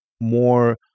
more